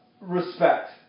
respect